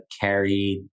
carried